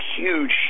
huge